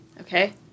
Okay